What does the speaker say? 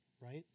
right